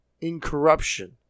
incorruption